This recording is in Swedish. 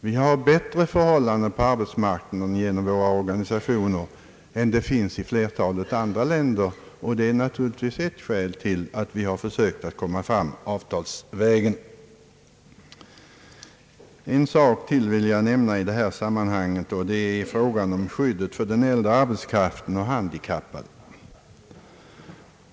Vi har genom arbetsmarknadsorganisationerna skapat bättre förhållanden på arbetsmarknaden än man har i flertalet andra länder, och det är naturligtvis ett skäl till att vi har försökt komma fram avtalsvägen. I detta sammanhang vill jag nämna frågan om skyddet för den äldre arbetskraften och de handikappade.